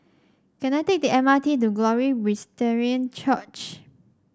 can I take the M R T to Glory Presbyterian Church